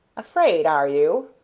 afraid, are you?